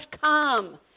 come